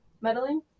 meddling